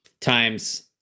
times